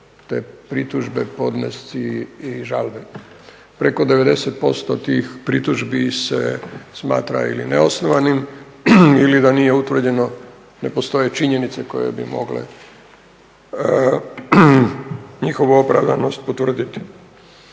te pritužbe, podnesci i žalbe. Preko 90% tih pritužbi se smatra ili neosnovanim ili da nije utvrđeno, ne postoje činjenice koje bi mogle njihovu opravdanost potvrditi.